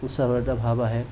উছাহৰ এটা ভাব আহে